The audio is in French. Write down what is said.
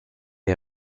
les